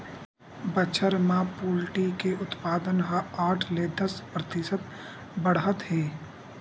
बछर म पोल्टी के उत्पादन ह आठ ले दस परतिसत बाड़हत हे